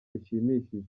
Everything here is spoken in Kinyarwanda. bishimishije